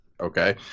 Okay